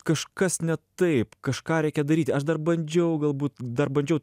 kažkas ne taip kažką reikia daryti aš dar bandžiau galbūt dar bandžiau